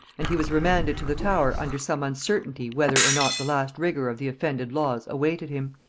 and he was remanded to the tower under some uncertainty whether or not the last rigor of the offended laws awaited him.